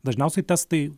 dažniausiai testai